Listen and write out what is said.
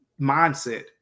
mindset